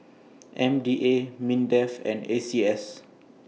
M D A Mindef and A C S